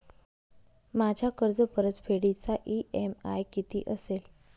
माझ्या कर्जपरतफेडीचा इ.एम.आय किती असेल?